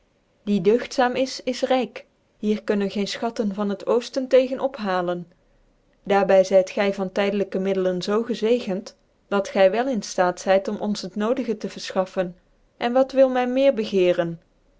die dcugtzaam is is ryk hier kunnen geen fchattcn van het oosten tegen ophalen daar by zyt gy van tydclijke middelen zoo gezegen t dat gy wel in ftaat zyt om ons het nodige tc vcrfchaffcnjcn wat wil men meer